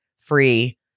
free